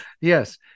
Yes